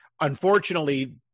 Unfortunately